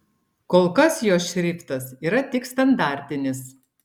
kol kas jos šriftas yra tik standartinis